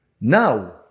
Now